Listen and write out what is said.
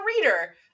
reader